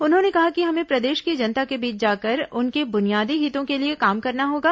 उन्होंने कहा कि हमें प्रदेश की जनता के बीच जाकर उनके बुनियादी हितों के लिए काम करना होगा